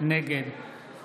נגד